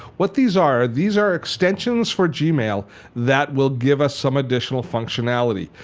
what these are, these are extensions for gmail that will give us some additional functionality.